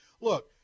Look